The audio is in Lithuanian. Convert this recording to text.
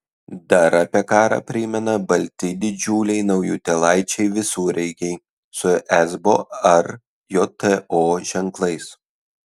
dar apie karą primena balti didžiuliai naujutėlaičiai visureigiai su esbo ar jto ženklais